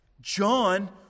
John